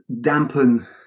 dampen